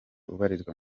ubarizwa